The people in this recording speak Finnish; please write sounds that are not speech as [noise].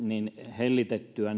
hellitettyä [unintelligible]